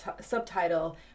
subtitle